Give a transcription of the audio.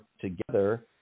together